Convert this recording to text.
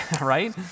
right